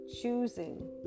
choosing